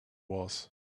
was